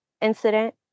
incident